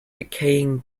decaying